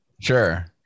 Sure